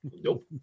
Nope